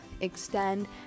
extend